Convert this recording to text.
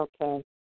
Okay